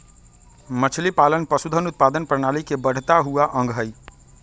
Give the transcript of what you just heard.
मछलीपालन पशुधन उत्पादन प्रणाली के बढ़ता हुआ अंग हई